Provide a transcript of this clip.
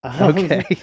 okay